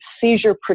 seizure